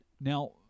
Now